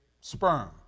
sperm